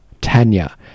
Tanya